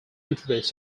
introduced